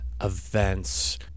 events